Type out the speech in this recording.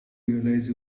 realize